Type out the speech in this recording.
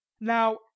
now